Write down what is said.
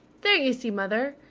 there, you see, mother!